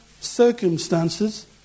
circumstances